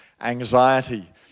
anxiety